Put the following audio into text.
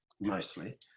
mostly